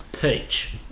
Peach